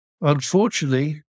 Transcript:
unfortunately